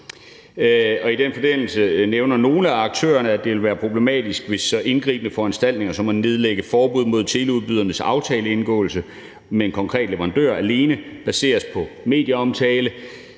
Og i den forbindelse nævner nogle af aktørerne, at det vil være problematisk, hvis så indgribende foranstaltninger som at nedlægge forbud mod teleudbydernes aftaleindgåelse med en konkret leverandør alene baseres på medieomtale,